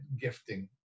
gifting